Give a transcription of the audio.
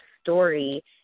story